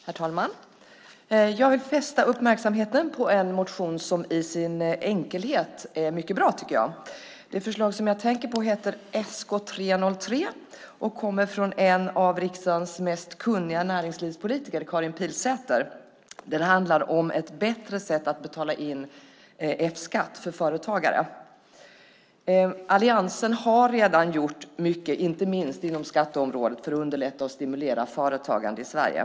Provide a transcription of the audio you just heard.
Herr talman! Jag vill fästa uppmärksamheten på en motion som i sin enkelhet är mycket bra, tycker jag. Den motion som jag tänker på heter Sk303 och kommer från en av riksdagens mest kunniga näringslivspolitiker, Karin Pilsäter. Den handlar om ett bättre sätt att betala in F-skatt för företagare. Alliansen har redan gjort mycket, inte minst inom skatteområdet, för att underlätta och stimulera företagande i Sverige.